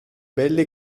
belle